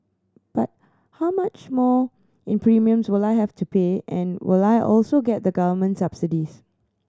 but how much more in premiums will I have to pay and will I also get the government subsidies